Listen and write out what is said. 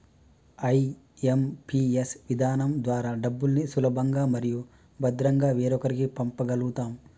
IMPS విధానం ద్వారా డబ్బుల్ని సులభంగా మరియు భద్రంగా వేరొకరికి పంప గల్గుతం